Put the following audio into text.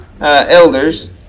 elders